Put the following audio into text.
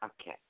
Okay